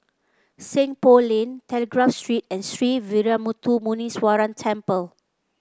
Seng Poh Lane Telegraph Street and Sree Veeramuthu Muneeswaran Temple